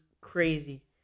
crazy